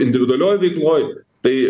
individualioj veikloj tai